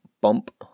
bump